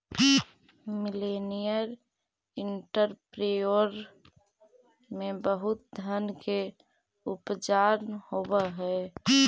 millennial entrepreneur में बहुत धन के उपार्जन होवऽ हई